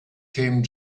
came